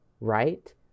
right